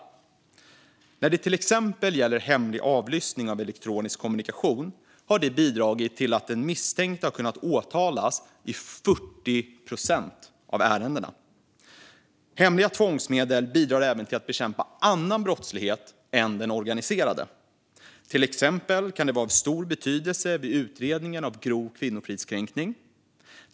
När det till exempel gäller hemlig avlyssning av elektronisk kommunikation har det bidragit till att den misstänkte har kunnat åtalas i 40 procent av ärendena. Hemliga tvångsmedel bidrar även att till att bekämpa annan brottslighet än den organiserade. Till exempel kan det vara av stor betydelse vid utredning av grov kvinnofridskränkning.